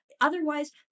Otherwise